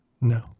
No